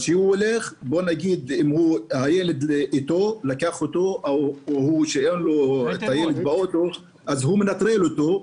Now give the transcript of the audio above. כשהוא הולך ורואה שהוא לקח איתו את הילד אז הוא מנטרל את המכשיר,